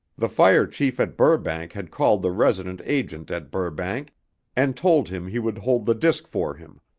the fire chief at burbank had called the resident agent at burbank and told him he would hold the disc for him.